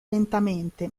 lentamente